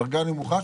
בדרגה נמוכה,